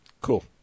cool